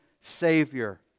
Savior